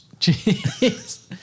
Jeez